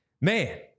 man